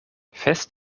fest